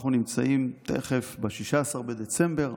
אנחנו נמצאים תכף ב-16 בדצמבר,